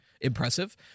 impressive